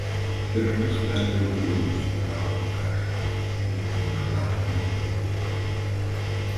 pirštais perbraukiau lūžusio kaulo kraštą lipnų ir šlapią nuo kraujo